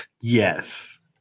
Yes